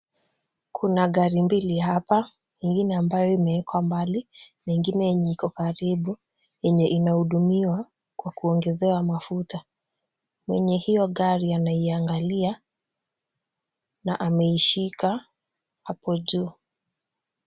Kuna gari mbili hapa, ingine ambayo imewekwa mbali na nyingine ambayo iko karibu yenye inahudumiwa kwa kuongezewa mafuta. Mwenye hiyo gari ameiangalia na ameishika hapo juu.